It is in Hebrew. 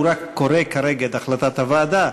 הוא רק קורא כרגע את החלטת הוועדה.